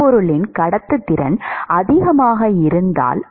திடப்பொருளின் கடத்துத்திறன் அதிகமாக இருந்தால்